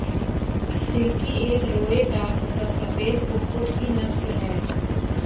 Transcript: silkie एक रोएदार तथा सफेद कुक्कुट की नस्ल है